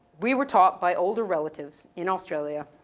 we were taught, by older relatives, in australia,